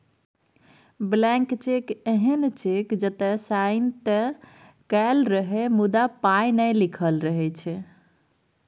blank cheque एहन cheque जतय sign तए कएल रहय मुदा पाइ नहि लिखल रहै छै